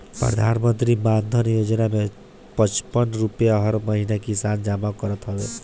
प्रधानमंत्री मानधन योजना में पचपन रुपिया हर महिना किसान जमा करत हवन